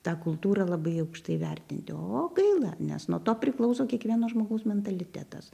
ta kultūra labai aukštai įvertinti o gaila nes nuo to priklauso kiekvieno žmogaus mentalitetas